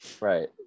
right